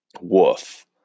Woof